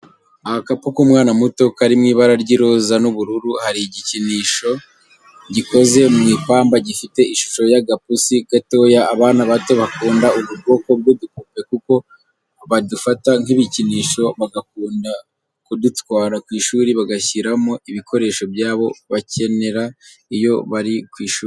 Agakapu k'umwana muto kari mu ibara ry'iroza n'ubururu, hari igikinisho gikoze mu ipamba gifite ishusho y'agapusi gatoya, abana bato bakunda ubu kwoko bw'udukapu kuko badufata nk'ibikinisho bagakunda kudutwara ku ishuri bagashyiramo ibikoresho byabo bakenera iyo bari ku ishuri.